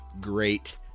great